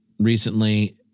recently